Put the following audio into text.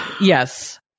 Yes